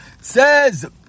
Says